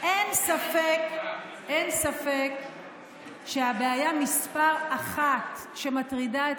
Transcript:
אין ספק שהבעיה מס' אחת שמטרידה היום